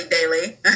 daily